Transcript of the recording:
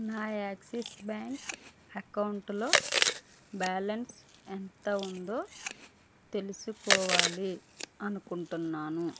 నా Axis bank account లో balance ఎంత ఉందో తెలుసుకోవాలి అనుకుంటున్నాను